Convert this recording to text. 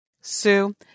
Sue